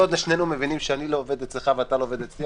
כל עוד שנינו מבינים שאני לא עובד אצלך ואתה לא עובד אצלי,